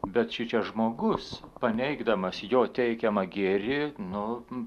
bet šičia žmogus paneigdamas jo teikiamą gėrį nu